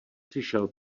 přišel